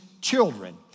children